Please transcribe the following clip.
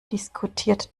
diskutiert